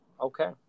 Okay